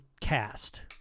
cast